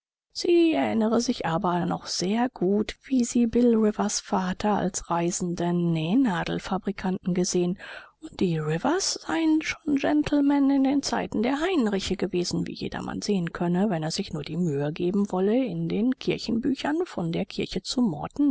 sie erinnere sich aber noch sehr gut wie sie bill olivers vater als reisenden nähnadelfabrikanten gesehen und die rivers seien schon gentlemen in den zeiten der heinriche gewesen wie jedermann sehen könne wenn er sich nur die mühe geben wolle in den kirchenbüchern von der kirche zu